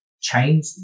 change